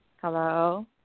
Hello